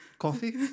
coffee